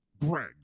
Greg